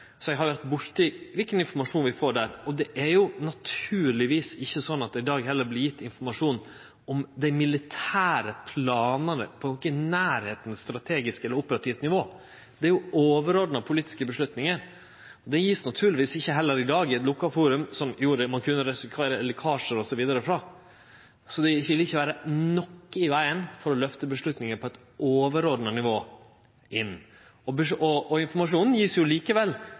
så eg har vore borti kva for informasjon vi får der. Det er naturlegvis ikkje slik, heller ikkje i dag, at det vert gjeve informasjon om dei militære planane på noko i nærleiken av strategisk eller operativt nivå. Det er jo overordna politiske avgjerder. Det vert naturlegvis heller ikkje i dag gjeve i eit lukka forum, som gjorde at ein kunne risikere lekkasjar osv. Så det ville ikkje vere noko i vegen for å løfte vedtaka opp til eit overordna nivå. Informasjonen vert jo likevel gjeven til Stortinget, og